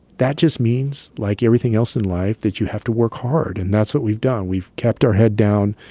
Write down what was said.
that just means, like everything else in life, that you have to work hard. and that's what we've done. we've kept our head down.